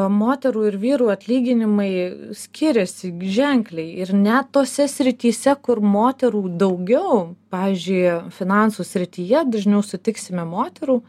moterų ir vyrų atlyginimai skiriasi ženkliai ir net tose srityse kur moterų daugiau pavyzdžiui finansų srityje dažniau sutiksime moterų